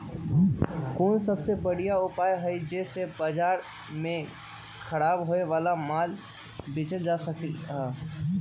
कोन सबसे बढ़िया उपाय हई जे से बाजार में खराब होये वाला माल बेचल जा सकली ह?